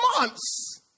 months